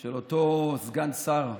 של אותו סגן השר כהנא,